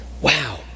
Wow